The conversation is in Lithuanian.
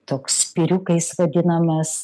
toks spiriukais vadinamas